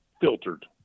filtered